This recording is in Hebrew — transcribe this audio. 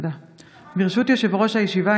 ברשות יושב-ראש הישיבה,